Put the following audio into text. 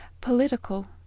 Political